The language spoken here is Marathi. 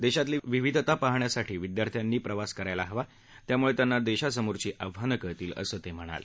देशातली विविधता पाहण्यासाठी विद्यार्थ्यांनी प्रवास करायला हवा त्यामुळे त्यांना देशासमोरची आव्हानं कळतील असं ते म्हणाले